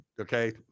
okay